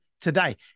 today